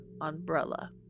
Umbrella